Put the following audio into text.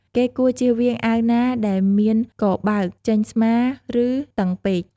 គេគួរជៀសវាងអាវណាដែលមានកបើក ចេញស្មា ឬ តឹងពេក។